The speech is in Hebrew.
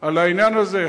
על העניין הזה,